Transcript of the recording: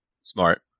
Smart